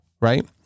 Right